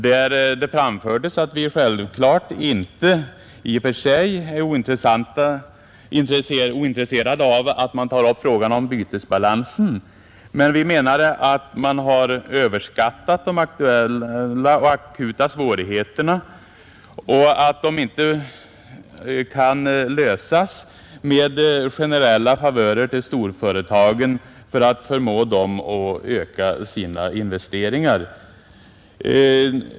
Där framfördes att vi självklart inte i och för sig är ointresserade av att man tar upp frågan om bytesbalansen, men vi menade att man har överskattat de aktuella och akuta svårigheterna och att de inte kan lösas med generella favörer till storföretagen för att förmå dem att öka sina investeringar.